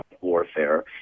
warfare